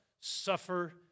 suffer